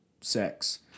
sex